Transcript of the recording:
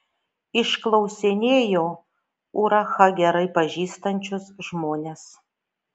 išklausinėjo urachą gerai pažįstančius žmones